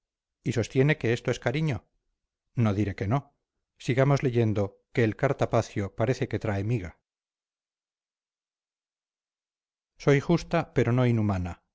y sostiene que esto es cariño no diré que no sigamos leyendo que el cartapacio parece que trae miga soy justa pero no soy inhumana